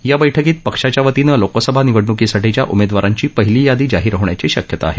या बैठकीत पक्षाच्या वतीनं लोकसभा निवडणूकीसाठीच्या उमेदवारांची पहिली यादी जाहीर होण्याची शक्यता आहे